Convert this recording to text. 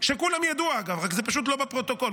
כולם ידעו, אגב, רק שזה לא בפרוטוקול.